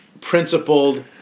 principled